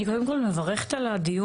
אני קודם כל מברכת על הדיון,